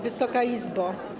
Wysoka Izbo!